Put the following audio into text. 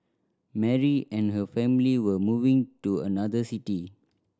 Mary and her family were moving to another city